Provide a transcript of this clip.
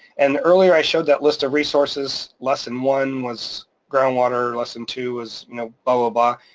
and earlier i showed that list of resources, lesson one was groundwater, lesson two was you know blah, ah blah,